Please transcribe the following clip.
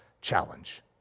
challenge